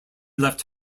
left